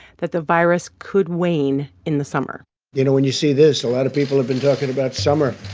that the virus could wane in the summer you know, when you see this, lot of people have been talking about summer.